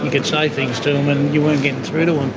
you could say things to them and you weren't getting through to them.